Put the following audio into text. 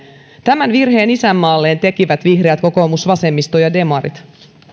tämän virheen isänmaalleen tekivät vihreät kokoomus vasemmisto ja demarit